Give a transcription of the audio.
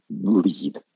lead